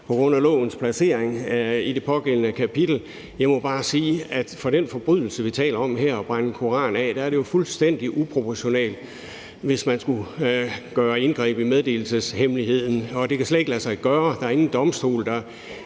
på grund af lovens placering i det pågældende kapitel. Jeg må bare sige, at for den forbrydelse, vi taler om her, altså at brænde en koran af, er det jo fuldstændig uproportionalt, hvis man skulle gøre indgreb i meddelelseshemmeligheden. Det kan slet ikke lade sig gøre, for der er ingen domstol, der